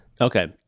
Okay